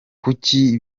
kuki